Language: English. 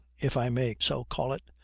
if i may so call it,